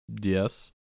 Yes